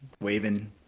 waving